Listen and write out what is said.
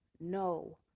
no